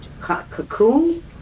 cocoon